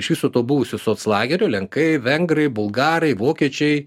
iš viso to buvusio soclagerio lenkai vengrai bulgarai vokiečiai